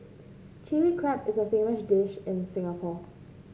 Chilli Crab is a famous dish in Singapore